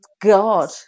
god